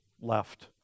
left